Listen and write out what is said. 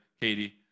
Katie